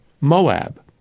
Moab